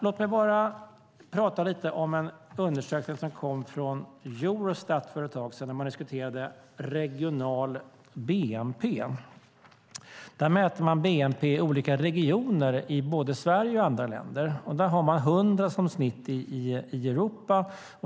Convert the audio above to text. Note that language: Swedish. Låt mig säga något om en undersökning från Eurostat som kom för ett tag sedan. Där diskuterade man regional bnp. Där mäter man bnp i olika regioner i Sverige och i andra länder. Man har 100 som snitt i Europa.